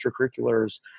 extracurriculars